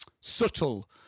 subtle